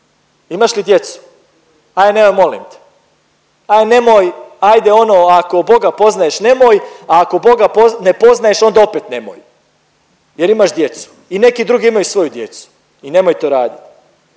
Imaš li djecu, aj nemoj molim te, ajd nemoj, ajde ono ako Boga poznaješ nemoj, a ako Boga ne poznaješ onda opet nemoj jer imaš djecu i neki drugi imaju svoju djecu i nemoj to raditi.